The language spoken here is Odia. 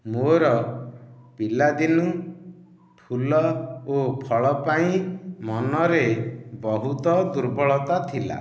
ମୋର ପିଲାଦିନୁ ଫୁଲ ଓ ଫଳ ପାଇଁ ମନରେ ବହୁତ ଦୁର୍ବଳତା ଥିଲା